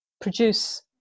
produce